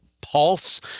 Pulse